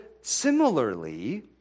similarly